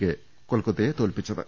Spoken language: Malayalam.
കെ കൊൽക്കത്തയെ തോൽപ്പിച്ചത്